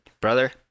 Brother